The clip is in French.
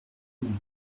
moment